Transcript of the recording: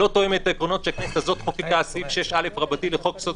לא תואמת את העקרונות שהכנסת הזאת חוקקה סביב 6א לחוק יסוד: